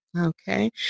Okay